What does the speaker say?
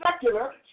secular